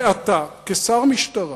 ואתה, כשר משטרה